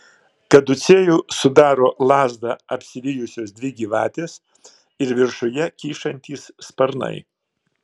kaducėjų sudaro lazdą apsivijusios dvi gyvatės ir viršuje kyšantys sparnai